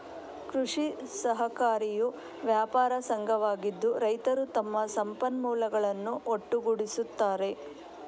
ಕೃಷಿ ಸಹಕಾರಿಯು ವ್ಯಾಪಾರ ಸಂಘವಾಗಿದ್ದು, ರೈತರು ತಮ್ಮ ಸಂಪನ್ಮೂಲಗಳನ್ನು ಒಟ್ಟುಗೂಡಿಸುತ್ತಾರೆ